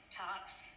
tops